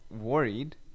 worried